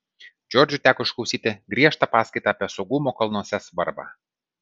džordžui teko išklausyti griežtą paskaitą apie saugumo kalnuose svarbą